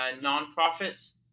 non-profits